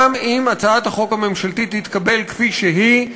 גם אם הצעת החוק הממשלתית תתקבל כפי שהיא,